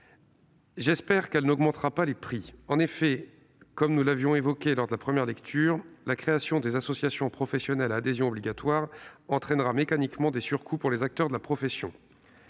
de loi n'augmentera pas les prix. En effet, comme je l'ai déjà évoqué lors de la première lecture, la création des associations professionnelles à adhésion obligatoire entraînera mécaniquement des surcoûts pour les acteurs de la profession.